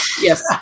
yes